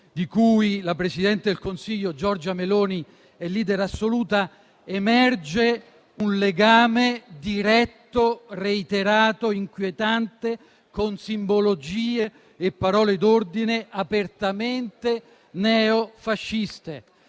di cui la presidente del Consiglio Giorgia Meloni è *leader* assoluta, emerge un legame diretto, reiterato ed inquietante con simbologie e parole d'ordine apertamente neofasciste.